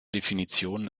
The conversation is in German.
definitionen